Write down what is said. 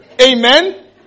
Amen